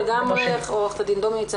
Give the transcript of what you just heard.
עורכת הדין דומיניץ,